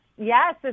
yes